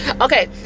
okay